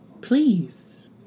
please